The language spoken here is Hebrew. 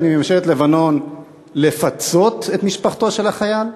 מממשלת לבנון לפצות את משפחתו של החייל?